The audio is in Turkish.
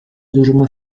duruma